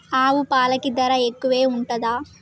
ఆవు పాలకి ధర ఎక్కువే ఉంటదా?